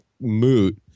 moot